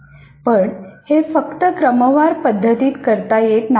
पण हे फक्त क्रमवार पद्धतीत करता येत नाही